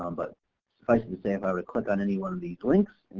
um but suffice and to say if i would click on any one of these clicks,